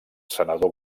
senador